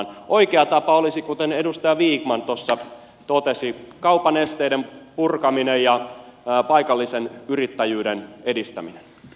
oikea tapa olisi kuten edustaja vikman tuossa totesi kaupan esteiden purkaminen ja paikallisen yrittäjyyden edistäminen